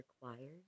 required